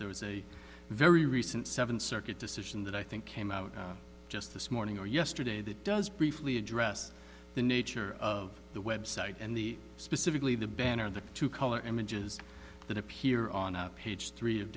there is a very recent seven circuit decision that i think came out just this morning or yesterday that does briefly address the nature of the website and the specifically the banner and the two color images that appear on a page three of